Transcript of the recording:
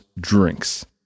drinks